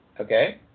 Okay